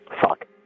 Fuck